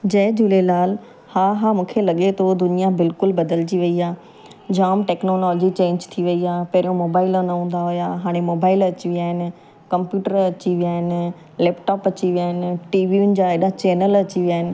जय झूलेलाल हा हा मूंखे लॻे तो दुनिया बिल्कुलु बदिलजी वई आहे जाम टैक्नॉलोजी चेंज थी वई आहे पहिरियों मोबाइल न हूंदा हुया हाणे मोबाइल अची विया आहिनि कंप्युटर अची विया आहिनि लैपटॉप अची विया आहिनि टीवियुनि जा हेॾा चैनल अची विया आहिनि